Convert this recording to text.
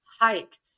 hike